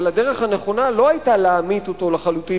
אבל הדרך הנכונה לא היתה להמית אותו לחלוטין